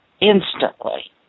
instantly